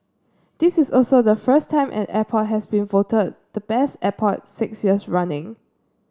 this is also the first time an airport has been voted the Best Airport six years running